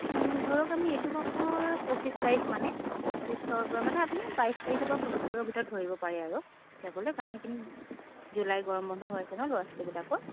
ধৰক আমি এইটো মাহৰ পঁচিছ তাৰিখমানে পঁচিছৰ পৰা মানে আপুনি বাইছ তাৰিখৰ পৰা পঁচিছ তাৰিখৰ ভিতৰত ধৰিব পাৰে আৰু যাবলৈ কাৰণ একেদিন জুলাইৰ গৰম বন্ধ হৈ আছে নহয় ল'ৰা ছোৱালীবিলাকৰ